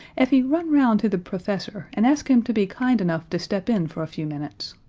effie, run round to the professor and ask him to be kind enough to step in for a few minutes.